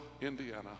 Indiana